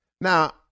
Now